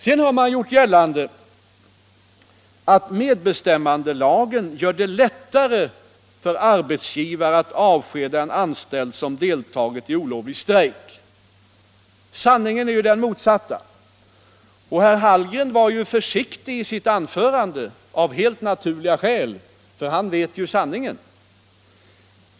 Sedan har man gjort gällande att medbestämmandelagen gör det lättare för arbetsgivare att avskeda en anställd som deltagit i olovlig strejk. Sanningen är den motsatta. Herr Hallgren var av helt naturliga skäl försiktig i sitt anförande, för han känner ju till sanningen.